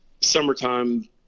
summertime